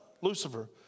Lucifer